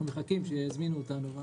אנחנו מחכים שיזמינו אותנו.